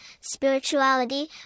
spirituality